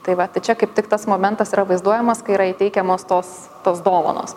tai va čia kaip tik tas momentas yra vaizduojamas kai yra įteikiamos tos tos dovanos